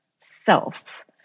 self